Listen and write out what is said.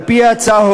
על-פי ההצעה,